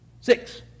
Six